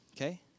Okay